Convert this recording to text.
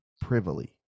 privily